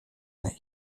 naît